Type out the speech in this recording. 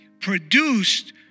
produced